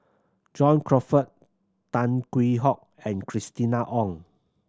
John Crawfurd Tan Hwee Hock and Christina Ong